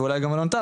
ואולי גם אלון טל,